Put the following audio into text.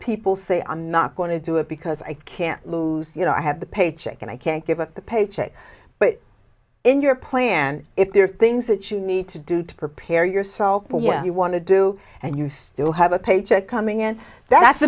people say i'm not going to do it because i can't lose you know i have the paycheck and i can't give up the paycheck but in your plan if there are things that you need to do to prepare yourself you want to do and you still have a paycheck coming in that's